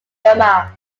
burma